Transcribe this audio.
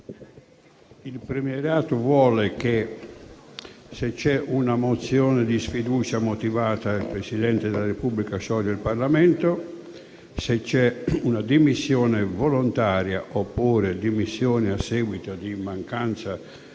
Il premieriato vuole che, se c'è una mozione di sfiducia motivata, il Presidente della Repubblica sciolga il Parlamento. Se c'è una dimissione volontaria oppure dimissioni a seguito di mancanza di